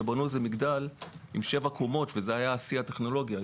כשבנו מגדל עם שבע קומות וזה היה שיא הטכנולוגיה.